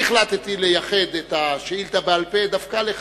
אני החלטתי לייחד את השאילתא בעל-פה דווקא לך.